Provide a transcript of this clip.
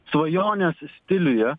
svajonės stiliuje